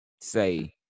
say